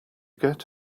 get